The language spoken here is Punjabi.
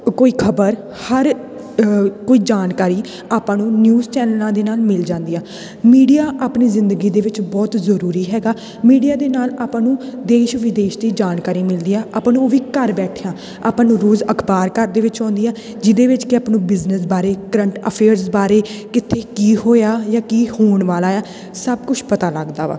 ਕੋਈ ਖ਼ਬਰ ਹਰ ਕੋਈ ਜਾਣਕਾਰੀ ਆਪਾਂ ਨੂੰ ਨਿਊਜ਼ ਚੈਨਲਾਂ ਦੇ ਨਾਲ ਮਿਲ ਜਾਂਦੀ ਆ ਮੀਡੀਆ ਆਪਣੀ ਜ਼ਿੰਦਗੀ ਦੇ ਵਿੱਚ ਬਹੁਤ ਜ਼ਰੂਰੀ ਹੈਗਾ ਮੀਡੀਆ ਦੇ ਨਾਲ ਆਪਾਂ ਨੂੰ ਦੇਸ਼ ਵਿਦੇਸ਼ ਦੀ ਜਾਣਕਾਰੀ ਮਿਲਦੀ ਆ ਆਪਾਂ ਨੂੰ ਉਹ ਵੀ ਘਰ ਬੈਠਿਆ ਆਪਾਂ ਨੂੰ ਰੋਜ਼ ਅਖ਼ਬਾਰ ਘਰ ਦੇ ਵਿੱਚ ਆਉਂਦੀ ਆ ਜਿਹਦੇ ਵਿੱਚ ਕਿ ਆਪਾਂ ਨੂੰ ਬਿਜ਼ਨਸ ਬਾਰੇ ਕਰੰਟ ਅਫੇਅਰਸ ਬਾਰੇ ਕਿੱਥੇ ਕੀ ਹੋਇਆ ਜਾਂ ਕੀ ਹੋਣ ਵਾਲਾ ਆ ਸਭ ਕੁਛ ਪਤਾ ਲੱਗਦਾ ਵਾ